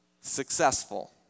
successful